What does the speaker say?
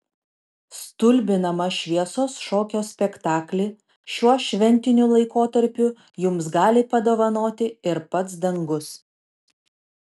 stulbinamą šviesos šokio spektaklį šiuo šventiniu laikotarpiu jums gali padovanoti ir pats dangus